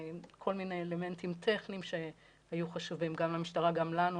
כל מיני אלמנטים טכניים שהיו חשובים גם למשטרה וגם לנו,